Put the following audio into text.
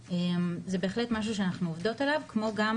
זה בהחלט משהו שאנחנו עובדות עליו כמו גם